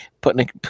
putting